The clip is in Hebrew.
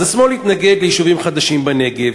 אז השמאל התנגד ליישובים חדשים בנגב,